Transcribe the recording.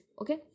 okay